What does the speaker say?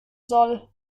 soll